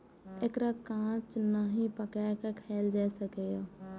एकरा कांच नहि, पकाइये के खायल जा सकैए